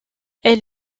elle